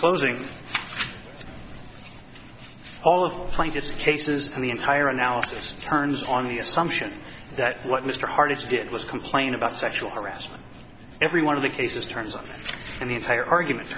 closing all of the plane just cases in the entire analysis turns on the assumption that what mr hardy did was complain about sexual harassment every one of the cases turns on and the entire argument